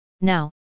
now